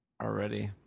already